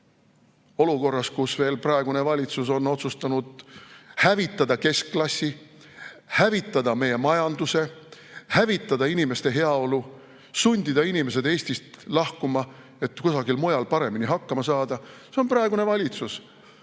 olukorras, kus praegune valitsus on otsustanud hävitada keskklassi, hävitada meie majanduse, hävitada inimeste heaolu, sundida inimesed Eestist lahkuma, et kusagil mujal paremini hakkama saada? See on praegune valitsus.